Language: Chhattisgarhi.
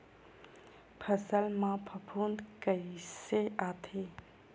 फसल मा फफूंद कइसे आथे?